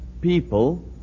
people